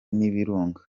n’ibirunga